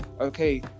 okay